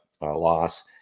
loss